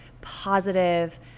positive